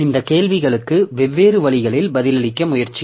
இந்த கேள்விகளுக்கு வெவ்வேறு வழிகளில் பதிலளிக்க முயற்சிக்கும்